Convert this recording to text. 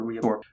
reabsorb